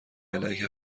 علیه